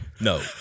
No